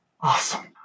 Awesome